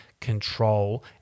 control